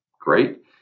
great